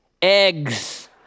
Eggs